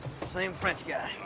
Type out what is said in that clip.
same french guy.